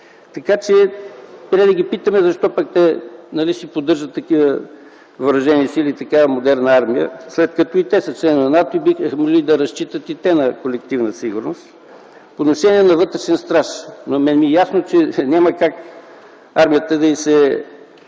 Така че трябва да ги питаме защо те поддържат такива въоръжени сили и такава модерна армия, след като и те са членове на НАТО и биха могли да разчитат на колективна сигурност. По отношение на вътрешния страж. На мен ми е ясно, че няма как на армията да й се